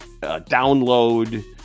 download